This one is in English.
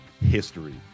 history